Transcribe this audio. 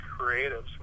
creatives